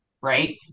right